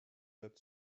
that